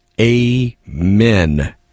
Amen